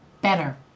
better